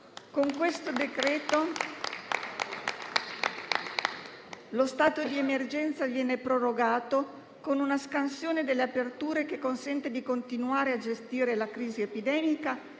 al nostro esame lo stato di emergenza viene prorogato, con una scansione delle aperture che consente di continuare a gestire la crisi epidemica